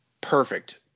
Perfect